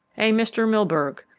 a mr. milburgh,